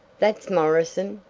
that's morrison.